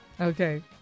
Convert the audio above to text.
Okay